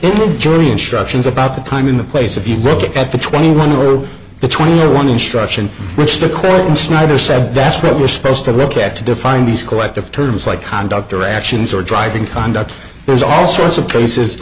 jury instructions about the time in the place if you look at the twenty one or the twenty or one instruction which the court in snyder said that's what we're supposed to look at to define these collective terms like conduct or actions or driving conduct there's all sorts of